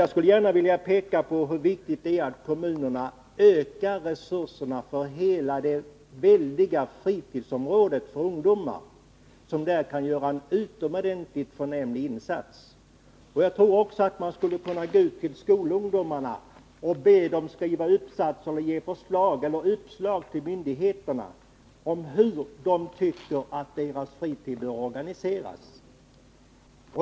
Jag skulle gärna vilja peka på hur viktigt det är att kommunerna ökar resurserna på hela det väldiga fritidsområdet för ungdomar. Man kan här göra en utomordentligt förnämlig insats. Jag tror också att man skulle kunna gå ut till skolungdomarna och be dem skriva uppsatser och där ge uppslag till myndigheterna om hur deras fritid bör organiseras.